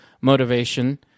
motivation